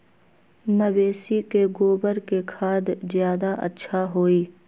मवेसी के गोबर के खाद ज्यादा अच्छा होई?